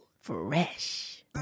Fresh